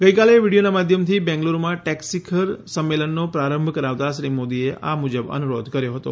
ગઈકાલે વિડીયોનાં માધ્યમથી બેંગલુરૂમાં ટેક શિખર સંમેલનનો પ્રારંભ કરાવતા શ્રી મોદીએ આ મુજબ અનુરોધ કર્યો હતો